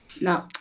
No